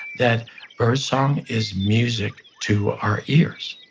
that birdsong is music to our ears